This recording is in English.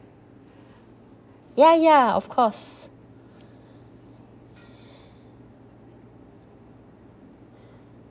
ya ya of course